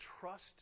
trust